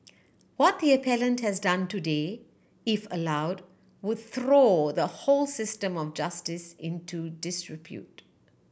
what the appellant has done today if allowed would throw the whole system of justice into disrepute